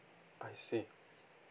I see